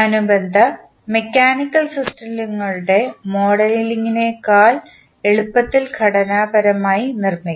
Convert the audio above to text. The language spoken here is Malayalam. അനുബന്ധ മെക്കാനിക്കൽ സിസ്റ്റങ്ങളുടെ മോഡലുകളേക്കാൾ എളുപ്പത്തിൽ ഘടനാപരമായി നിർമ്മിക്കാം